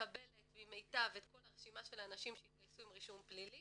מקבלת ממיט"ב את כל הרשימה של האנשים שהתגייסו עם רישום פלילי,